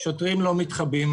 שוטרים לא מתחבאים.